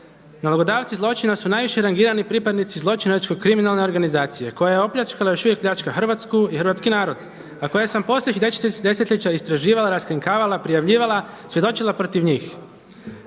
nalogodavci zločina su najviše rangirani pripadnici zločinačko kriminalne organizacije koja je opljačkala i još uvijek pljačka Hrvatsku i hrvatski narod. A koje sam posljednjih desetljeća istraživala, raskrinkavala, prijavljivala, svjedočila protiv njih.“